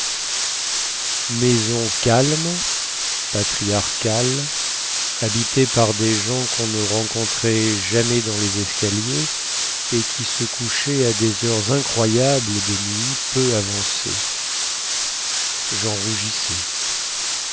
maison calme patriarcale habitée par des gens quon ne rencontrait jamais dans les escaliers et qui se couchaient à des heures incroyables de nuit peu avancée jen rougissais